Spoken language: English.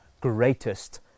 greatest